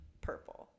purple